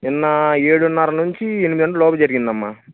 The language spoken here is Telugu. నిన్న ఏడున్నర నుంచి ఎనిమిది గంటలలోపు జరిగిందమ్మ